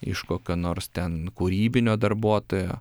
iš kokio nors ten kūrybinio darbuotojo